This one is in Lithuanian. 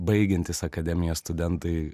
baigiantis akademijos studentai